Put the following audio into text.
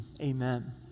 amen